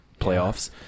playoffs